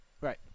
Right